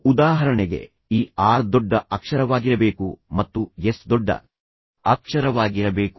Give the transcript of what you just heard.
ಉದಾಹರಣೆಗೆ ಈ ಆರ್ ದೊಡ್ಡ ಅಕ್ಷರವಾಗಿರಬೇಕು ಮತ್ತು ಎಸ್ ದೊಡ್ಡ ಅಕ್ಷರವಾಗಿರಬೇಕು